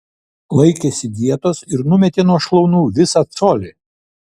laikėsi dietos ir numetė nuo šlaunų visą colį